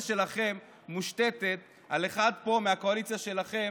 שלכם מושתתת על אחד מהקואליציה שלכם,